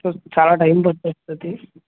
చాలా టైమ్ పట్టేస్తుంది